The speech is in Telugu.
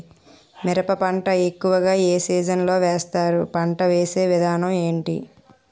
మిరప పంట ఎక్కువుగా ఏ సీజన్ లో వేస్తారు? పంట వేసే విధానం ఎంటి?